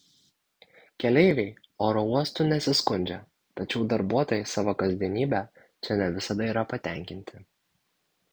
keleiviai oro uostu nesiskundžia tačiau darbuotojai savo kasdienybe čia ne visada yra patenkinti